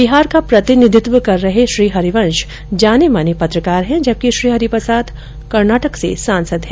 बिहार का प्रतिनिधित्व कर रहे श्री हरिवंश जाने माने पत्रकार हैं जबकि श्री हरि प्रसाद कर्नाटक से सांसद हैं